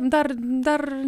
dar dar